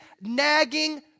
nagging